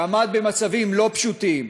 שעמד במצבים לא פשוטים,